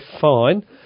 fine